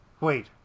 Wait